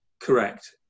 Correct